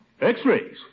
X-rays